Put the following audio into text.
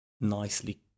nicely